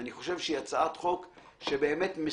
אני חושב שהיא הצעת חוק שמסייעת